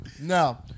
Now